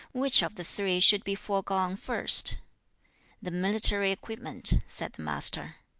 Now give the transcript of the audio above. which of the three should be foregone first the military equipment said the master.